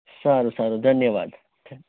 સારું સારું ધન્યવાદ